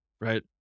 right